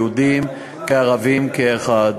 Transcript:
יהודים וערבים כאחד.